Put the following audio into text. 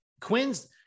Quinn's